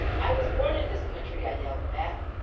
i was born in this country i yelled back.